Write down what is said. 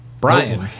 Brian